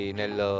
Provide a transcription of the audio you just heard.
nel